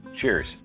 Cheers